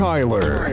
Tyler